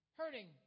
hurting